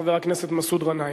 חבר הכנסת מסעוד גנאים.